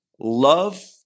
love